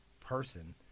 person